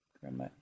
Grandma